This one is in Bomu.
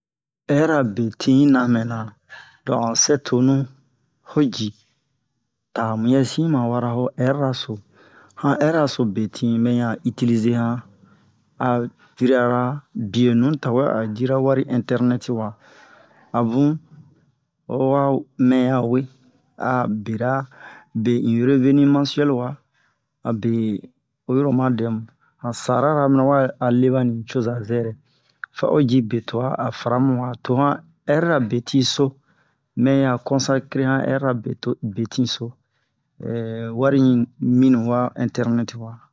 ɛrira betin yi na mɛna lo an sɛ tonu ho ji ta muyɛ si un ma wara ho hɛri-ra so han ɛri-ra so betin me ya itilize han a piri'ara biye nu tawɛ a cira wari ɛntɛrnɛti wa a bun ho han mɛ ya we a bera be in reveni mansiyɛli wa abe o yiro oma dɛmu han sara-ra mina a le ɓa nucoza zɛrɛ fa o ji be twa a fara mu wa to han ɛri-ra betin so mɛ ya konsakre han ɛri-ra beto besin so wari ɲinu minu wa ɛntɛrnɛti